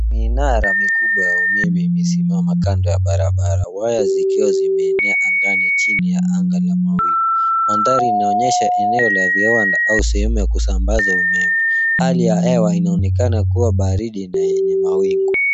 Minara mikubwa ya umeme imesimama kando ya barabara waya zikiwa zimeenea angani chini ya anga la mawingu. Mandhari inaonyesha eneo la viwanda au sehemu ya kusambaza umeme. Hali ya hewa inaonekana kuwa baridi na yenye mawingu.